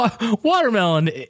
watermelon